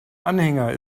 anhänger